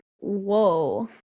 Whoa